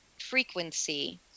frequency